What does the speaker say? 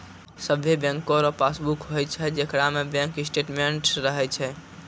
सभे बैंको रो पासबुक होय छै जेकरा में बैंक स्टेटमेंट्स रहै छै